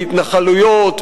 בהתנחלויות,